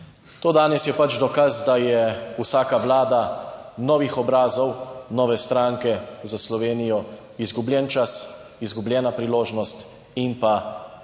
To danes je pač dokaz, da je vsaka vlada novih obrazov, nove stranke za Slovenijo, izgubljen čas, izgubljena priložnost in pa namesto